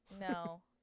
no